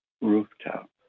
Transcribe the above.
rooftop